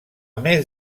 més